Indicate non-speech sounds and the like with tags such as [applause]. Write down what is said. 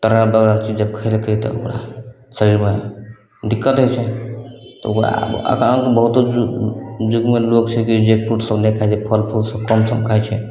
तरल भरल चीज जब खेलकय तऽ ओकरा शरीरमे दिक्कत होइ छै तऽ ओकरा [unintelligible] बहुतो युगमे लोग छै जे फ्रूट सभ नहि खाइ छै फल फ्रूट सभ कम सम खाइ छै